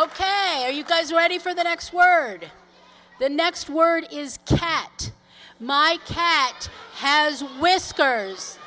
ok are you guys ready for the next word the next word is cat my cat has whiskers